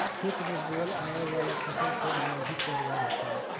खेत में बोअल आए वाला फसल से एमे अधिक पैदावार होखेला